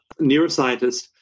neuroscientist